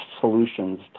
solutions